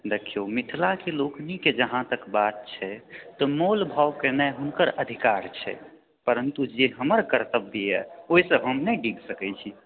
देखिऔ मिथिलाके लोकनिके जहाँ तक बात छै तऽ मोल भाव केनाए हुनकर अधिकार छै परन्तु जे हमर कर्तव्य यऽ ओहीसँ हम नहि डिग सकैत छी